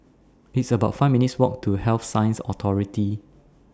It's about five minutes' Walk to Health Sciences Authority